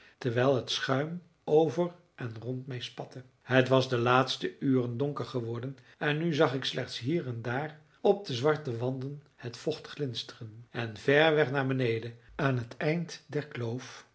terwijl het schuim over en rond mij spatte het was de laatste uren donker geworden en nu zag ik slechts hier en daar op de zwarte wanden het vocht glinsteren en ver weg naar beneden aan t eind